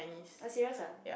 oh serious ah